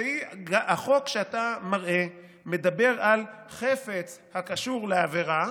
החוק שאתה מראה מדבר על חפץ הקשור לעבירה,